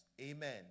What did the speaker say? Amen